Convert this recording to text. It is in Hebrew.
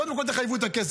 קודם כול תחייבו את הכסף.